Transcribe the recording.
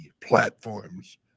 platforms